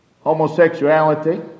homosexuality